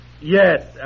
Yes